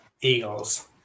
Eagles